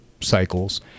cycles